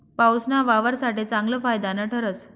पाऊसना वावर साठे चांगलं फायदानं ठरस